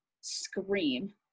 scream